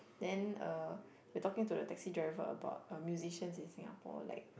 then uh we are talking to the taxi driver about uh musicians in Singapore like